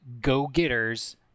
go-getters